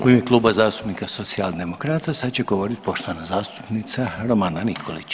U ime Kluba zastupnika Socijaldemokrata sad će govoriti poštovana zastupnica Romana Nikolić.